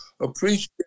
appreciate